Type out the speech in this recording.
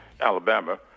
Alabama